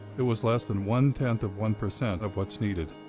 it was less than one-tenth of one percent of what's needed.